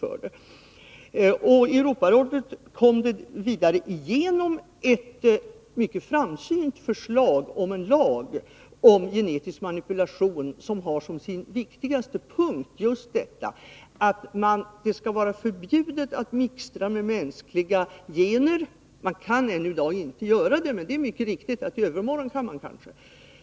I europarådet gick igenom ett mycket framsynt förslag om en lag om genetisk manipulation som har som sin viktigaste punkt just att det skall vara förbjudet att mixtra med mänskliga gener. Man kan i dag inte göra det, men det är mycket riktigt att man i övermorgon kanske kan göra det.